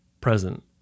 present